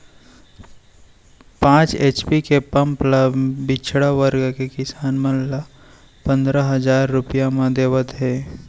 पांच एच.पी के पंप ल पिछड़ा वर्ग के किसान मन ल पंदरा हजार रूपिया म देवत हे